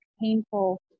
painful